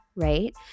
right